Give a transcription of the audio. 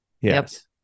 yes